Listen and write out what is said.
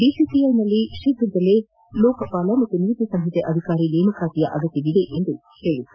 ಬಿಸಿಸಿಐನಲ್ಲಿ ಶೀಘ್ರದಲ್ಲೇ ಲೋಕಪಾಲರು ಹಾಗೂ ನೀತಿ ಸಂಹಿತೆ ಅಧಿಕಾರಿ ನೇಮಕಾತಿಯ ಅಗತ್ತವಿದೆ ಎಂದು ಹೇಳಿತ್ತು